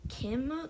Kim